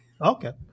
Okay